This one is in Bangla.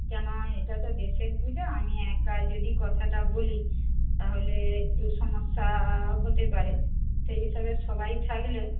কেন এটা তো দেশের পূজা আমি একা যদি কথাটা বলি তাহলে একটু সমস্যা হতে পারে সেই হিসাবে সবাই থাকলে